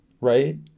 right